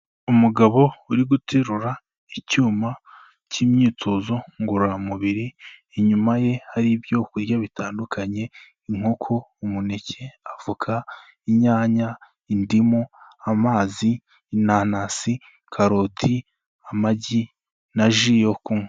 Umugabo uriguterura icyuma cy'imyitozo ngororamubiri. Inyuma ye hari ibyokurya bitandukanye: inkoko, umuneke, avoka, inyanya, indimu, amazi, inanasi, karoti, amagi, na ji yo kunywa.